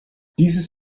dieses